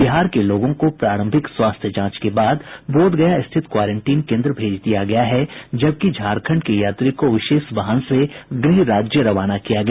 बिहार के लोगों को प्रारंभिक स्वास्थ्य जांच के बाद बोधगया स्थित क्वारेंटीन केन्द्र भेज दिया गया है जबकि झारखंड के यात्री को विशेष वाहन से गृह राज्य रवाना किया गया